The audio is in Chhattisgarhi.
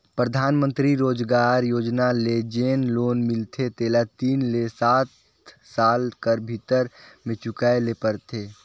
परधानमंतरी रोजगार योजना ले जेन लोन मिलथे तेला तीन ले सात साल कर भीतर में चुकाए ले परथे